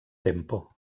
tempo